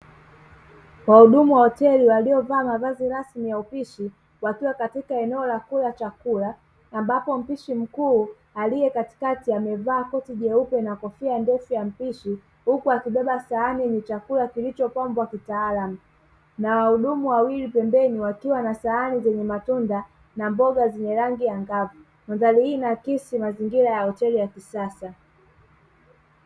Wahudumu wa hoteli waliovaa mavazi rasmi ya upishi wakiwa katika eneo la kula chakula, ambapo mpishi mkuu aliye katikati amevaa koti jeupe na kofia ndefu ya mpishi, huku akibeba sahani yenye chakula kilichopambwa kitaalamu na wahudumu wawili pembeni wakiwa na sahani zenye matunda na mboga zenye rangi angavu; mandhari hii inaakisi mazingira ya hoteli ya kisasa.